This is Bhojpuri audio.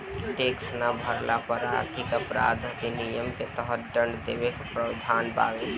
टैक्स ना भरला पर आर्थिक अपराध अधिनियम के तहत दंड देवे के प्रावधान बावे